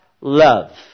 love